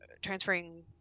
Transferring